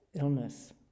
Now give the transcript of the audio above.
illness